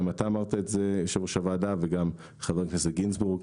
גם יושב ראש הוועדה אמר זאת וגם חבר הכנסת גינזבורג.